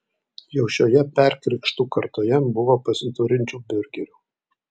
jau šioje perkrikštų kartoje buvo pasiturinčių biurgerių